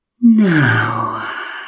now